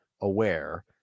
aware